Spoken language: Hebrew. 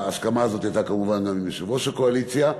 ההסכמה הזאת הייתה כמובן גם עם יושב-ראש הקואליציה.